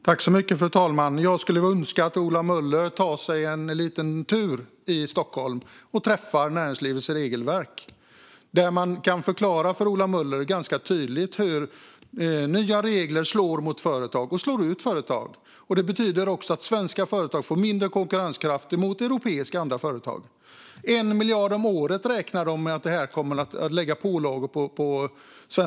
Fru talman! Jag skulle önska att Ola Möller tar sig en liten tur i Stockholm och tittar på näringslivets regelverk. Det kan förklara ganska tydligt för Ola Möller hur nya regler slår mot företag och slår ut företag. Det betyder också att svenska företag får mindre konkurrenskraft gentemot andra europeiska företag. De räknar med att pålagorna på svenska företag kommer att uppgå till 1 miljard om året.